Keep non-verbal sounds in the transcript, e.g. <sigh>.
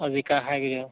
জিকা <unintelligible>